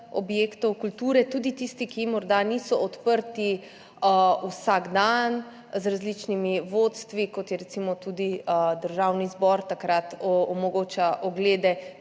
objektov kulture, tudi tistih, ki morda niso odprti vsak dan, z različnimi vodstvi, recimo tudi Državni zbor takrat omogoča oglede